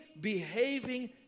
behaving